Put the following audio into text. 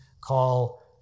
call